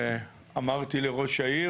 ואני אמרתי לראש העיר,